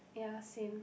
ya same